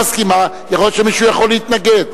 יכול להיות שמישהו יכול להתנגד.